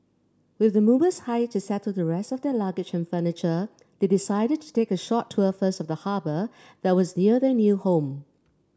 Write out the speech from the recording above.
with the movers hired to settle the rest of their luggage and furniture they decided to take a short tour first of the harbour that was near their new home